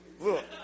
Look